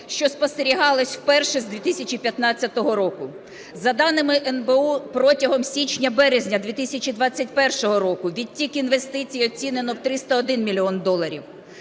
що спостерігалось вперше з 2015 року. За даними НБУ, протягом січня-березня 2021 року відтік інвестицій оцінено в 301 мільйон доларів.